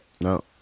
No